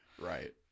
right